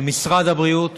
של משרד הבריאות,